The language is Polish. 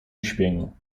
uśpieniu